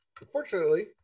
unfortunately